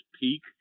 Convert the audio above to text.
peak